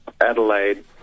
Adelaide